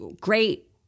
great